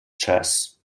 chess